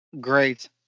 Great